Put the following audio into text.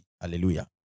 Hallelujah